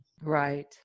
Right